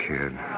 kid